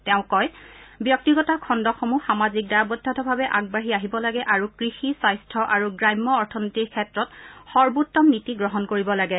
তেওঁ কয় ব্যক্তিগত খণ্ডসমূহ সামাজিক দায়বদ্ধতা ভাৱি আগবাঢ়ি আহিব লাগে আৰু কৃষি স্বাস্থ্য আৰু গ্ৰাম্য অৰ্থনীতিৰ ক্ষেত্ৰত সৰ্বোত্তম নীতি গ্ৰহণ কৰিব লাগে